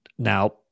Now